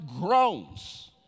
groans